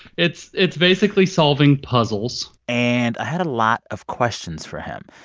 it's it's basically solving puzzles and i had a lot of questions for him.